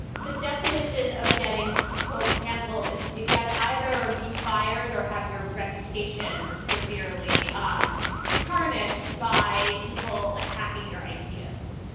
the definition of getting, quote, canceled is to yeah either be fired or have your reputation severely um tarnished by people attacking your ideas.